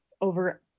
over